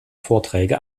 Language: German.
vorträge